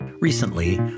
Recently